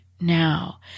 now